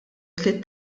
tliet